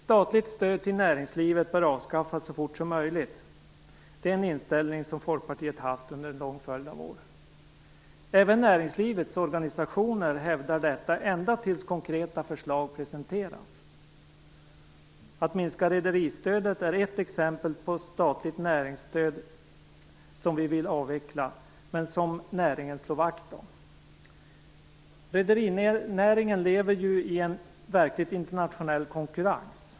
Statligt stöd till näringslivet bör avskaffas så fort som möjligt. Det är en inställning som Folkpartiet haft under lång följd av år. Även näringslivets organisationer hävdar detta - ända tills konkreta förslag presenteras. Rederistödet är ett exempel på statligt näringsstöd som vi vill avveckla men som näringen slår vakt om. Rederinäringen lever ju i en verkligt internationell konkurrens.